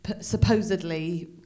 supposedly